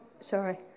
sorry